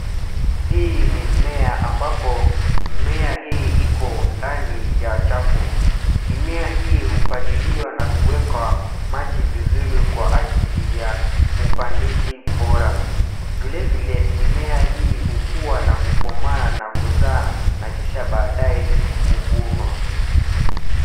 Hii ni mimea ambapo mimea hii ipo ndani ya chafu. Mimea hii hupaliliwa na kuwekwa maji vizuri kwa ajili ya upandizi bora. Vilevile mimea hii hukuwa na kukomaa na kuzaa na kisha baadae kuvunwa.